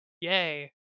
Yay